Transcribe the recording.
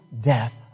death